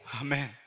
Amen